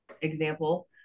example